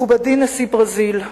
מכובדי נשיא ברזיל,